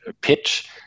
pitch